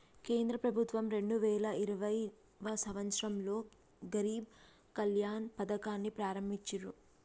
కేంద్ర ప్రభుత్వం రెండు వేల ఇరవైయవ సంవచ్చరంలో గరీబ్ కళ్యాణ్ పథకాన్ని ప్రారంభించిర్రు